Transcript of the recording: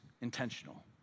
intentional